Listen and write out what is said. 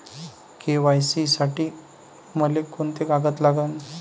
KYC साठी मले कोंते कागद लागन?